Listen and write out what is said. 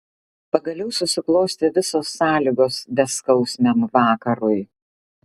pagaliau susiklostė visos sąlygos beskausmiam vakarui